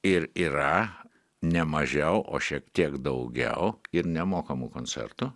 ir yra ne mažiau o šiek tiek daugiau ir nemokamų koncertų